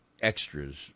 extras